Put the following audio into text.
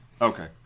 Okay